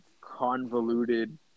convoluted